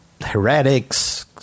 heretics